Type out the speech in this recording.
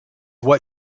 what